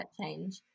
change